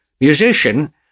musician